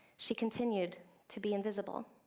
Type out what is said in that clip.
she continued to be invisible.